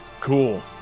cool